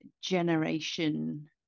Generation